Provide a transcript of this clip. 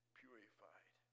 purified